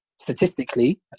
statistically